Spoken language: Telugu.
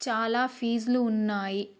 చాలా ఫీజులు ఉన్నాయి